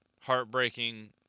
heartbreaking